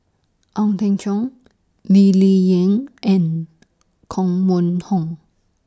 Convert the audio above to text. Ong Teng Cheong Lee Ling Yen and Koh Mun Hong